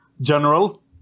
general